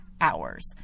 hours